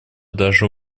даже